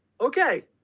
okay